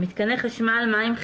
מתקני חשמל, מים,